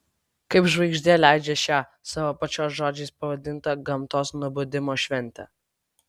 kaip žvaigždė leidžią šią savo pačios žodžiais pavadintą gamtos nubudimo šventę